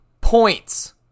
points